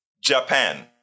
Japan